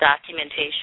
documentation